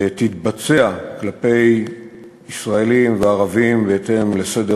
תתבצע כלפי ישראלים וערבים בהתאם לסדרי